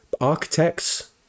Architects